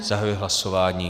Zahajuji hlasování.